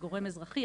לגורם אזרחי,